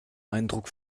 eindruck